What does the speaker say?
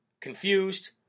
confused